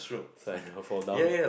so I never fall down